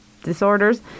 disorders